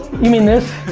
you mean this?